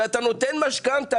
ואתה נותן משכנתה,